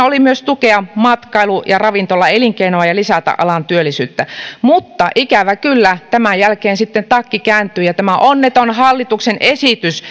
oli myös tukea matkailu ja ravintolaelinkeinoa ja lisätä alan työllisyyttä mutta ikävä kyllä tämän jälkeen sitten takki kääntyi ja tämä onneton hallituksen esitys